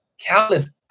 countless